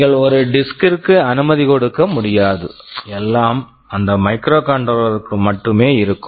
நீங்கள் ஒரு disk disk கிற்கு அனுமதி கொடுக்க முடியாது எல்லாம் அந்த மைக்ரோகண்ட்ரோலர் microcontroller க்குள் மட்டுமே இருக்கும்